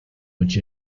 which